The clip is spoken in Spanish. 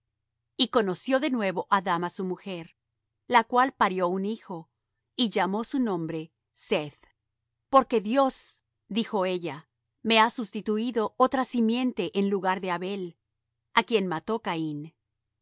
y conoció de nuevo adam á su mujer la cual parió un hijo y llamó su nombre seth porque dios dijo ella me ha sustituído otra simiente en lugar de abel á quien mató caín